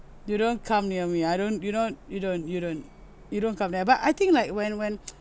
you don't come near me I don't you know you don't you don't you don't come near but I think like when when